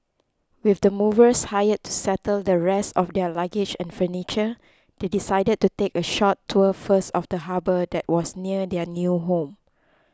with the movers hired to settle the rest of their luggage and furniture they decided to take a short tour first of the harbour that was near their new home